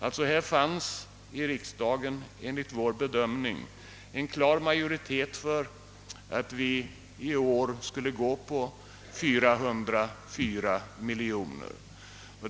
Det fanns alltså enligt vår bedömning en klar majoritet för att riksdagen i år skulle besluta om 404 miljoner kronor.